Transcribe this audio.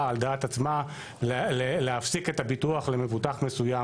על דעת עצמה להפסיק את הביטוח למבוטח מסוים.